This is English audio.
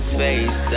face